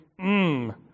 mmm